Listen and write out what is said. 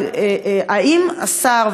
האם השר,